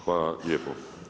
Hvala lijepo.